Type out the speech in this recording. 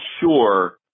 sure